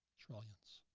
trillions.